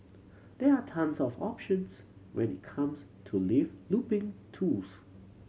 there are tons of options when it comes to live looping tools